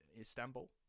Istanbul